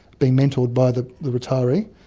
being mentored by the the retiree,